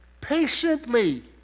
Patiently